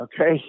okay